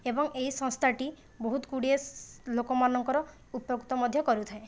ଏବଂ ଏହି ସଂସ୍ଥାଟି ବହୁତ ଗୁଡ଼ିଏ ଲୋକମାନଙ୍କର ଉପକୃତ ମଧ୍ୟ କରୁଥାଏ